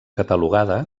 catalogada